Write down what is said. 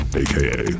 aka